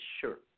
sure